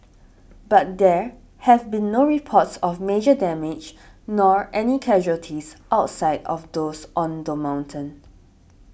but there have been no reports of major damage nor any casualties outside of those on the mountain